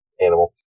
animal